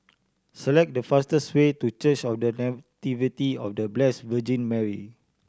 select the fastest way to Church of The Nativity of The Blessed Virgin Mary